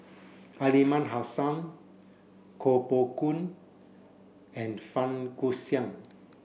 Aliman Hassan Koh Poh Koon and Fang Guixiang